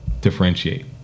differentiate